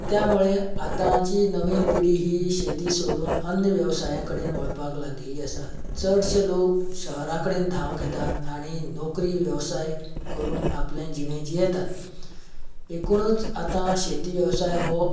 त्यामुळे आताची नवीन पिडी ही शेती सोडून अन्य वेवसाया कडेन वळपाक लागिल्ली आसा चडशे लोक शहरा कडेन धाव घेतात आनी नोकरी वेवसाय करून आपले जिणें जियेतात एकुणूच आता शेती वेवसाय हो